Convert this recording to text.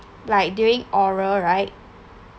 like during oral right